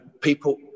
people